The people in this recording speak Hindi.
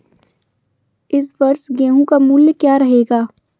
इस वर्ष गेहूँ का मूल्य क्या रहेगा?